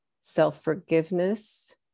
self-forgiveness